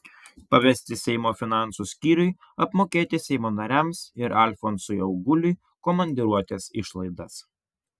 pavesti seimo finansų skyriui apmokėti seimo nariams ir alfonsui auguliui komandiruotės išlaidas